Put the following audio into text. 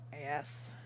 Yes